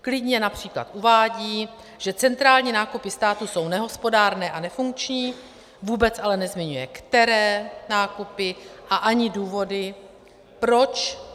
Klidně například uvádí, že centrální nákupy státu jsou nehospodárné a nefunkční, vůbec ale nezmiňuje, které nákupy a ani důvody proč.